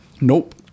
Nope